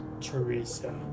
Teresa